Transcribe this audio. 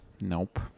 Nope